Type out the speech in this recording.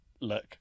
look